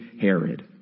Herod